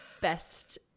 best